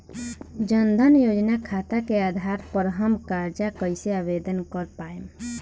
जन धन योजना खाता के आधार पर हम कर्जा कईसे आवेदन कर पाएम?